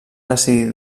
decidir